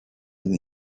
wind